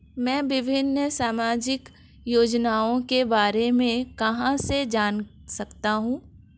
मैं विभिन्न सामाजिक योजनाओं के बारे में कहां से जान सकता हूं?